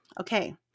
Okay